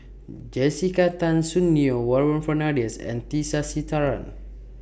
Jessica Tan Soon Neo Warren Fernandez and T Sasitharan